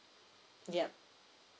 yup